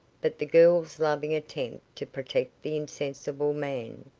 but the girl's loving attempt to protect the insensible man,